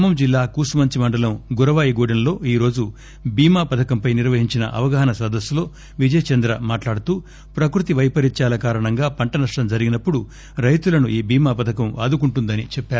ఖమ్మం జిల్లా కూసుమంచి మండలం గురవాయి గూడెం లో ఈరోజు బీమా పథకంపై నిర్వహించిన అవగాహన సదస్సులో విజయ్ చంద్ర మాట్లాడుతూ ప్రకృతి వైపరీత్యాల కారణంగా పంట నష్టం జరిగినప్పుడు రైతులను ఈ బీమా పథకం ఆదుకుంటుందని చెప్పారు